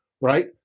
right